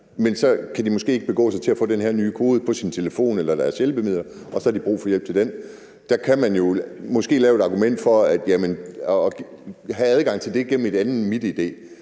univers, kan måske ikke begå sig i forhold til at få den her nye kode på deres telefon eller deres hjælpemidler, og så har de brug for hjælp til det. Der kan man måske lave et argument for at have adgang til det gennem noget andet end